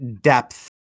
depth